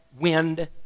wind